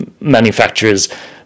manufacturers